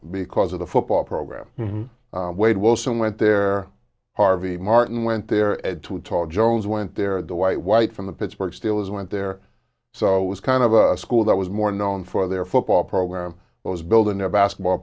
because of the football program wade wilson went there harvey martin went there and to top jones went there the white white from the pittsburgh steelers went there so it was kind of a school that was more known for their football program was building their basketball